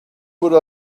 would